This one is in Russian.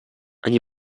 они